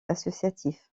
associatif